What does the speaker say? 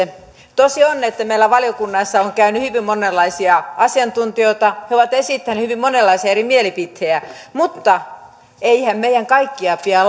tosi on että meillä valiokunnassa on käynyt hyvin monenlaisia asiantuntijoita he ovat esittäneet hyvin monenlaisia eri mielipiteitä mutta eihän meidän kaikkea pidä